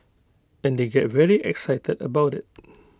and they get very excited about IT